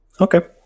Okay